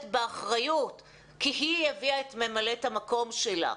באחריות כי היא הביאה את ממלאת המקום שלה.